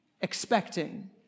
expecting